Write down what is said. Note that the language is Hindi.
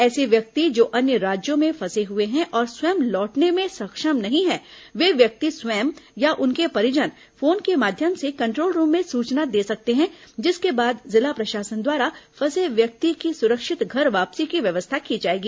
ऐसे व्यक्ति जो अन्य राज्यों में फंसे हुए हैं और स्वयं लौटने में सक्षम नहीं हैं ये व्यक्ति स्वयं या उनके परिजन फोन के माध्यम से कंट्रोल रूम में सूचना दे सकते हैं जिसके बाद जिला प्रशासन द्वारा फंसे व्यक्ति की सुरक्षित घर वापसी की व्यवस्था की जाएगी